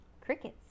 Crickets